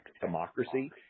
Democracy